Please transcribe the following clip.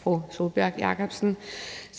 fru Sólbjørg Jakobsen,